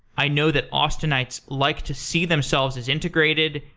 i know that austinites like to see themselves as integrated,